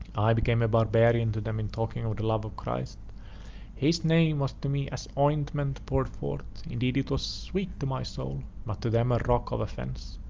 i became a barbarian to them in talking of the love of christ his name was to me as ointment poured forth indeed it was sweet to my soul, but to them a rock of offence.